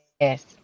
yes